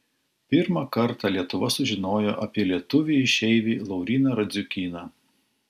pirmą kartą lietuva sužinojo apie lietuvį išeivį lauryną radziukyną